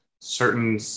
certain